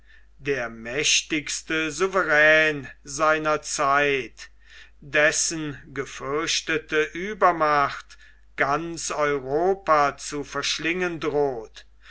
der mächtigste souverän seiner zeit dessen gefürchtete uebermacht ganz europa zu verschlingen droht